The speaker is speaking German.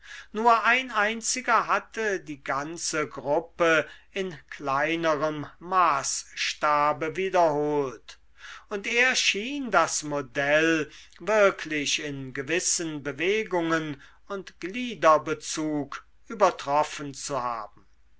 nur ein einziger hatte die ganze gruppe in kleinerem maßstabe wiederholt und er schien das modell wirklich in gewissen bewegungen und gliederbezug übertroffen zu haben